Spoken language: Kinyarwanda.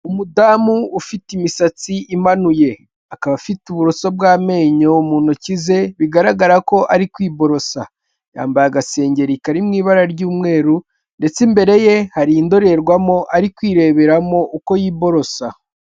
Umudamu ufite imisatsi imanuye, akaba afite uburoso bw'amenyo mu ntoki ze, bigaragara ko ari kwiborosa, yambaye agasengeri kari mu ibara ry'umweru, ndetse imbere ye hari indorerwamo ari kwireberamo uko yiborosa.